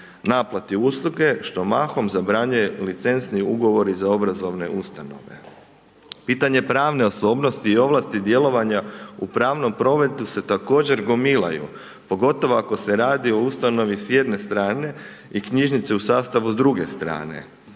naplati usluge što mahom zabranjuje licencni ugovori za obrazovne ustanove. Pitanje pravne osobnosti i ovlasti djelovanja u pravnom prometu se također gomilaju pogotovo ako se radi o ustanovi s jedne strane i knjižnice u sastavu s druge strane.